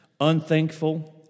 unthankful